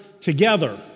together